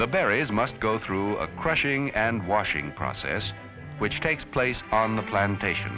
the berries must go through a crushing and washing process which takes place on the plantation